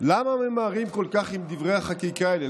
למה ממהרים כל כך עם דברי החקיקה האלה,